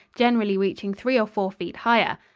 generally reaching three or four feet higher.